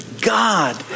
God